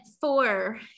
four